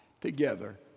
together